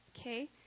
okay